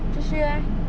继续 eh